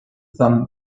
sun